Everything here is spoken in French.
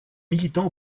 militant